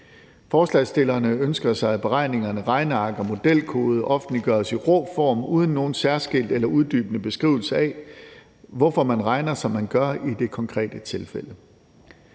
Forslagsstillerne ønsker, at beregninger, regneark og modelkode offentliggøres i rå form uden nogen særskilt eller uddybende beskrivelse af, hvorfor man regner, som man gør i det konkrete tilfælde.